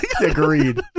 Agreed